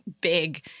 big